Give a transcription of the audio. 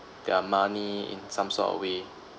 their money in some sort of way